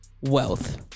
wealth